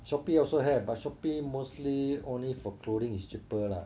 Shopee also have but Shopee mostly only for clothing is cheaper lah